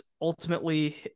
ultimately